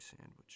sandwich